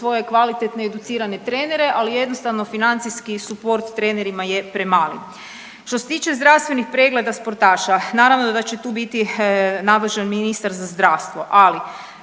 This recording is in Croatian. svoje kvalitetne educirane trenere, ali jednostavno financijski suport trenerima je premali. Što se tiče zdravstvenih pregleda sportaša, naravno da će tu biti nadležan ministar za zdravstvo, ali